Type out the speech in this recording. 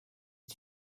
est